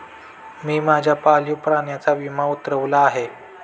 मी माझ्या पाळीव प्राण्याचा विमा उतरवला आहे